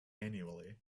annually